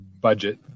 budget